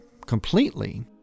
completely